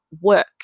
work